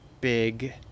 big